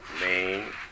main